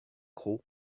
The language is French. croc